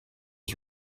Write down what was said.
was